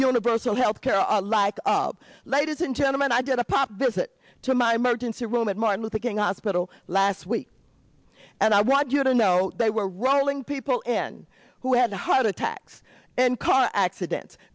universal health care are like ob ladies and gentlemen i did a pop visit to my emergency room at martin luther king ospital last week and i want you to know they were rolling people and who had heart attacks and car accidents